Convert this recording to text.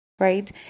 Right